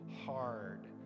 hard